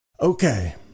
okay